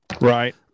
Right